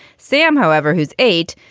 sam, however, who's eight,